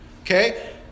okay